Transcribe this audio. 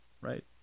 right